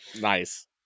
Nice